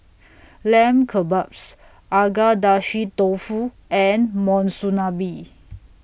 Lamb Kebabs Agedashi Dofu and Monsunabe